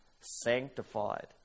Sanctified